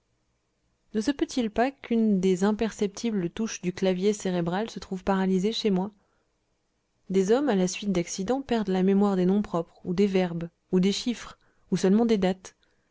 ne se peut-il pas qu'une des imperceptibles touches du clavier cérébral se trouve paralysée chez moi des hommes à la suite d'accidents perdent la mémoire des noms propres ou des verbes ou des chiffres ou seulement des dates